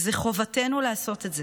וזאת חובתנו לעשות את זה.